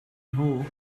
nhw